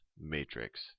matrix